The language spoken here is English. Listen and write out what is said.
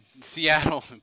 Seattle